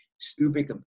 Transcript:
stupid